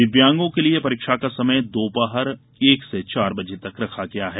दिव्यांगों के लिए परीक्षा का समय दोपहर एक से चार बजे तक रखा गया है